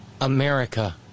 America